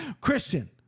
christian